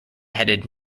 headed